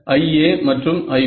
IA மற்றும் IB